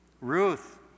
Ruth